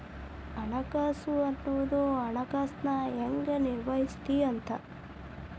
ಹಣಕಾಸು ಅನ್ನೋದ್ ಹಣನ ಹೆಂಗ ನಿರ್ವಹಿಸ್ತಿ ಅಂತ